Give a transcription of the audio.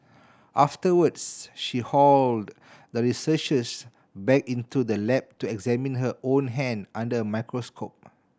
afterwards she hauled the researchers back into the lab to examine her own hand under a microscope